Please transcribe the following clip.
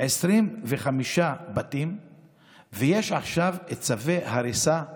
25 בתים ויש עכשיו צווי הריסה